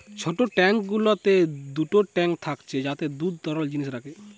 ছোট ট্যাঙ্ক গুলোতে দুটো ট্যাঙ্ক থাকছে যাতে দুধ তরল জিনিস রাখে